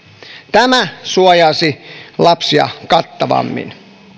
tämä suojaisi lapsia kattavammin